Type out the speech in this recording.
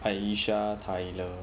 aisha tyler